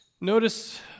notice